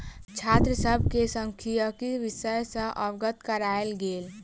छात्र सभ के सांख्यिकी विषय सॅ अवगत करायल गेल